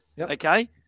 okay